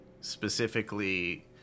specifically